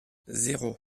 zéro